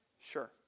Sure